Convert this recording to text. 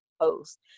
post